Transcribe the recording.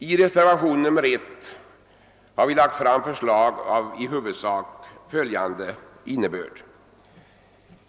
I reservationen 1 har vi lagt fram förslag av i huvudsak följande innebörd.